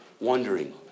wondering